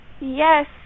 Yes